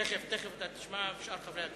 תיכף אתה תשמע ושאר חברי הכנסת.